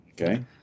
Okay